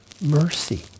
Mercy